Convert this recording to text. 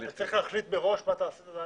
אתה צריך להחליט מראש מה תעשה?